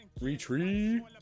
Retreat